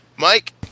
Mike